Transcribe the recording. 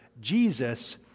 Jesus